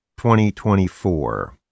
2024